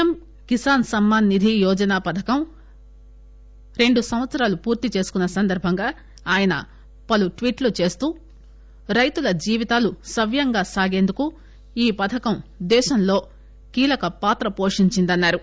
ఎమ్ కిసాన్ సమ్మాన్ నిధి యోజన పథకం రెండుసంవత్సరాలు పూర్తిచేసుకున్న సందర్భంగా ఆయన పలు ట్వీట్ లు చేస్తూ రైతుల జీవితాలు సవ్యంగా సాగేందుకు ఈ పథకం దేశంలో కీలక పాత్ర వోషించిందని అన్నారు